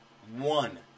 One